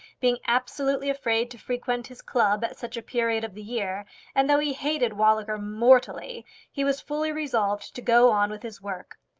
being absolutely afraid to frequent his club at such a period of the year and though he hated walliker mortally he was fully resolved to go on with his work.